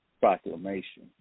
proclamation